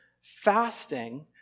fasting